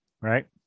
right